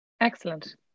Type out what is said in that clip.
Excellent